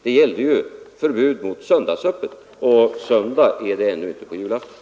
Den gällde ju förbud mot söndagsöppet, och söndag är det ännu inte på julafton.